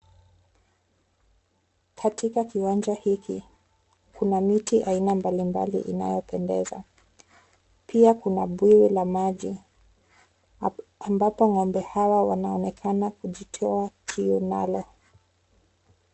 Katika kiwanja hiki kuna miti aina mbalimbali inayopendeza pia kuna bwawa la maji ambapo ngombe hawa wanaonekana ukitoa kiu nalo.